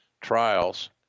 trials